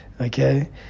okay